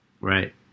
right